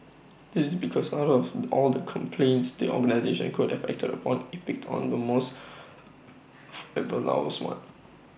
this is because out of all the complaints the organisation could have acted upon IT pick on the most one